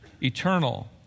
eternal